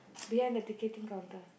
behind the ticketing counter